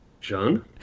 John